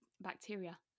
bacteria